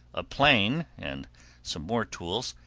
a plane, and some more tools,